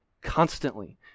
constantly